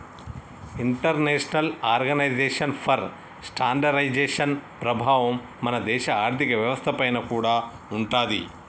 international organisation for standardisation ప్రభావం మన దేశ ఆర్ధిక వ్యవస్థ పైన కూడా ఉంటాది